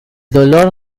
dolor